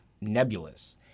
nebulous